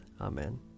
Amen